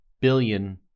billion